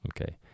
Okay